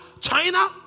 China